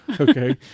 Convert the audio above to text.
okay